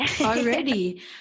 already